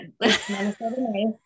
Minnesota